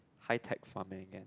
high tech farming again